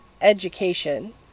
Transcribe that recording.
education